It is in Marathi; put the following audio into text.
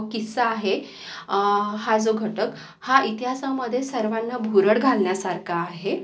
किस्सा आहे हा जो घटक हा इतिहासामध्ये सर्वांना भुरळ घालण्यासारखा आहे